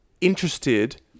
interested